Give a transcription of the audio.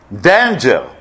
danger